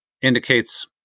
indicates